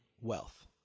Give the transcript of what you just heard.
wealth